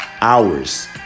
Hours